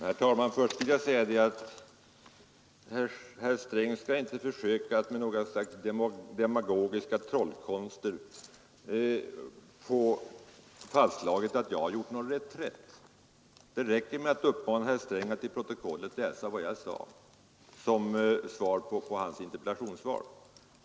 Herr talman! Herr Sträng skall inte försöka att med något slags demagogiska trollkonster få fastslaget att jag har gjort någon reträtt. Det räcker med att uppmana herr Sträng att i protokollet läsa vad jag sade som genmäle mot hans interpellationssvar.